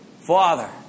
Father